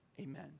Amen